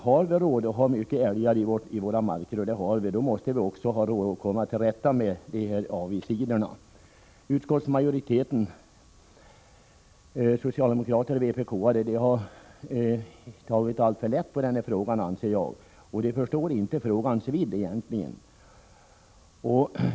Har vi råd att ha mycket älg i våra marker, måste vi också ha råd att komma till rätta med de här avigsidorna. Utskottsmajoriteten — socialdemokrater och vpk-are — har enligt min mening tagit alltför lätt på frågan. Man inser egentligen inte frågans vidd.